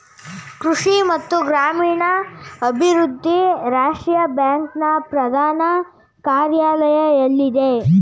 ಕೃಷಿ ಮತ್ತು ಗ್ರಾಮೀಣಾಭಿವೃದ್ಧಿ ರಾಷ್ಟ್ರೀಯ ಬ್ಯಾಂಕ್ ನ ಪ್ರಧಾನ ಕಾರ್ಯಾಲಯ ಎಲ್ಲಿದೆ?